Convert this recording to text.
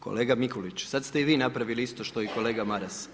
Kolega Mikulić, sad ste i vi napravili isto što i kolega Maras.